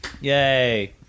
Yay